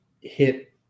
hit